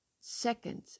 Second